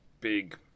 big